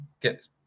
get